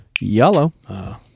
Yellow